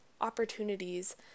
opportunities